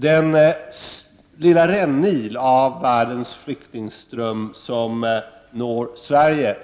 Den lilla rännil av världens flyktingström som når Sverige